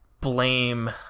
blame